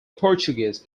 portuguese